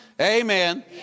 Amen